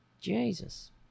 Jesus